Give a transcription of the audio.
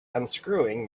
unscrewing